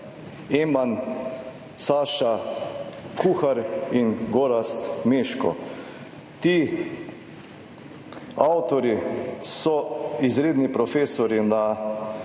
Eman, Saša Kuhar in Gorazd Meško. Ti avtorji so izredni profesorji na